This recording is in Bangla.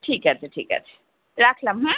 ঠিক আছে ঠিক আছে রাখলাম হুম